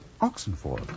Oxenford